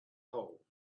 hole